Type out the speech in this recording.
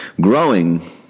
growing